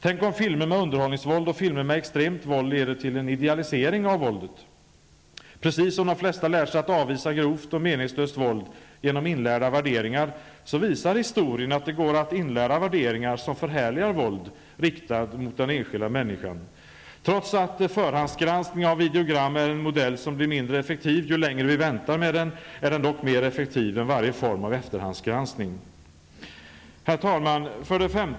Tänk om filmer med underhållningsvåld och filmer med extremt våld leder till en idealisering av våldet! Lika väl som de flesta lärt sig att avvisa grovt och meningslöst våld genom inlärda värderingar så visar historien att det går att inlära värderingar som förhärligar våld riktat mot den enskilda människan. Trots att förhandsgranskning av videogram är en modell som blir mindre effektiv ju längre vi väntar med den är den dock mer effektiv än varje form av efterhandsgranskning. Herr talman!